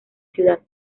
ciudad